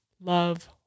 love